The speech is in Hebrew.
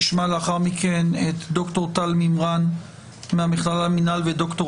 נשמע לאחר מכן את ד"ר טל מימרן מהמכללה למינהל וד"ר